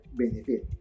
benefit